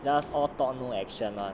does all talk no actions [one]